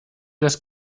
das